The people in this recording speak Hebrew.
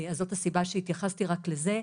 זאת הסיבה שהתייחסתי רק לזה.